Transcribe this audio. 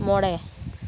ᱢᱚᱬᱮ